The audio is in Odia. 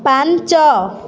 ପାଞ୍ଚ